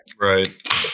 Right